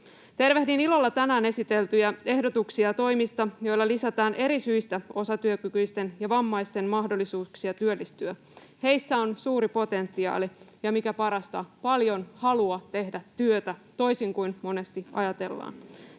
Tervehdin ilolla tänään esiteltyjä ehdotuksia toimista, joilla lisätään eri syistä osatyökykyisten ja vammaisten mahdollisuuksia työllistyä. Heissä on suuri potentiaali ja, mikä parasta, paljon halua tehdä työtä, toisin kuin monesti ajatellaan.